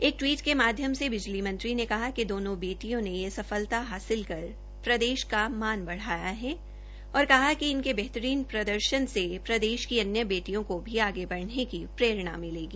एक ट्वीट के माध्यम से बिजली मंत्री ने कहा कि दोनो बेटियों ने यह सफलता हासिल कर प्रदेश का मान बढाया है और कहा कि इनके बेहतरीन प्रदर्शन से प्रदेश की अन्य बेटियों को भी आगे बढने की प्रेरणा मिलेगी